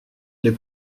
les